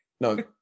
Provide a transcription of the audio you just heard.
No